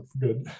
good